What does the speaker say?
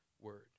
word